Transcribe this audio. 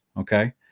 Okay